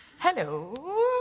hello